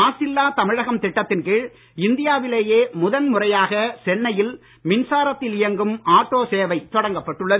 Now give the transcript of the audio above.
மாசில்லாத் தமிழகம் திட்டத்தின் கீழ் இந்தியாவிலேயே முதல் முறையாகச் சென்னையில் மின்சாரத்தில் இயங்கும் ஆட்டோ சேவை தொடங்கப்பட்டுள்ளது